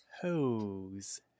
hose